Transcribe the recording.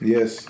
Yes